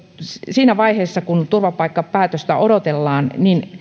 siinä vaiheessa kun turvapaikkapäätöstä odotellaan